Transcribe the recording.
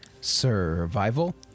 Survival